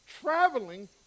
traveling